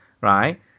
right